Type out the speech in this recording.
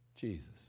Jesus